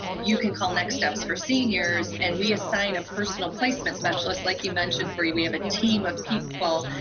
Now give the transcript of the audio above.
you can call next steps four seniors and we assign a personal placement specialist, like you mentioned, bree, we have a team of people,